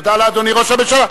תודה לאדוני ראש הממשלה.